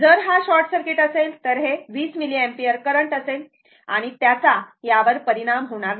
जर हा short circuit असेल तर हे 20 मिलिअम्पियर करंट असेल आणि त्याचा यावर परिणाम होणार नाही